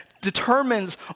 determines